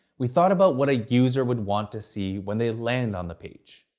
we thought about what a user would want to see when they land on the page.